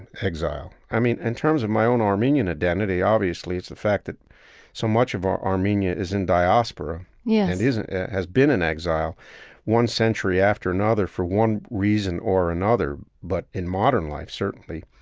exile, i mean, in terms of my own armenian identity, obviously, it's a fact that so much of our armenia is in diaspora yes it has been in exile one century after another for one reason or another, but in modern life, certainly,